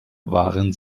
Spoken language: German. waren